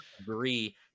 agree